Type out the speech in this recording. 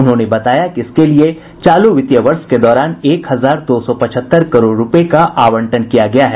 उन्होंने बताया कि इसके लिये चालू वित्तीय वर्ष के दौरान एक हजार दो सौ पचहत्तर करोड़ रूपये का आवंटन किया गया है